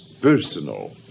personal